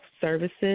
services